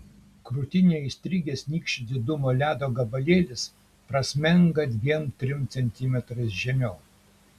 krūtinėje įstrigęs nykščio didumo ledo gabalėlis prasmenga dviem trim centimetrais žemiau